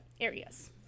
areas